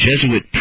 Jesuit